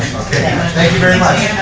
thank you very much.